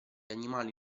animali